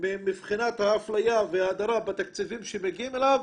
מבחינת האפליה וההדרה בתקציבים שמגיעים אליו,